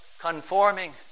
conforming